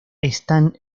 están